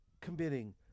committing